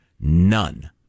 None